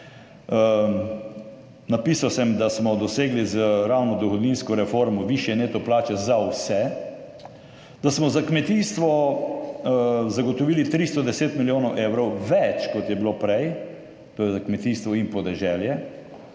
napisal sem, da smo dosegli ravno z dohodninsko reformo višje neto plače za vse, da smo za kmetijstvo zagotovili 310 milijonov evrov več, kot je bilo prej, to je za kmetijstvo in podeželje,